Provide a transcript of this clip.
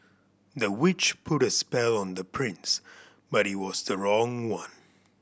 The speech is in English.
the witch put a spell on the prince but it was the wrong one